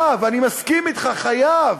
חייב, אני מסכים אתך, חייב.